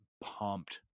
Pumped